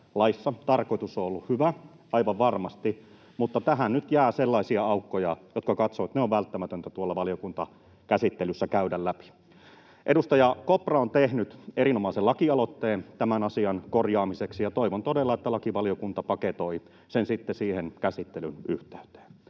tarkoitus on ollut hyvä aivan varmasti, mutta tähän nyt jää sellaisia aukkoja, joiden osalta katson, että ne on välttämätöntä valiokuntakäsittelyssä käydä läpi. Edustaja Kopra on tehnyt erinomaisen lakialoitteen tämän asian korjaamiseksi, ja toivon todella, että lakivaliokunta paketoi sen siihen käsittelyn yhteyteen.